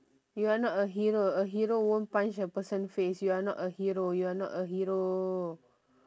you are not a hero a hero won't punch a person face you are not a hero you are not a hero